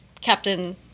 Captain